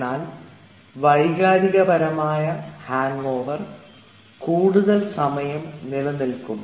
എന്നാൽ വൈകാരികപരമായ ഹാങ്ഓവർ കൂടുതൽ സമയം നിലനിൽക്കും